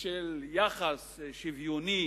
של יחס שוויוני